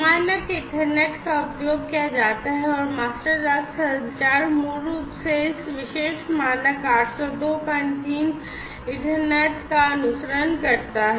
मानक ईथरनेट का उपयोग किया जाता है और मास्टर दास संचार मूल रूप से इस विशेष मानक 8023 ईथरनेट का अनुसरण करता है